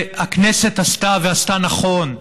והכנסת עשתה, ועשתה נכון.